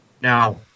now